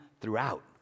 throughout